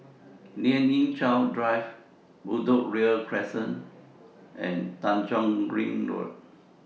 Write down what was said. Lien Ying Chow Drive Bedok Ria Crescent and Tanjong Kling Road